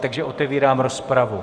Takže otevírám rozpravu.